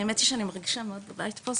האמת היא שאני מרגישה מאוד בבית פה,